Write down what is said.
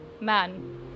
man